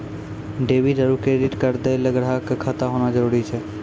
debit आरू credit card दैय ल ग्राहक क खाता होना जरूरी छै